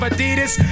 Adidas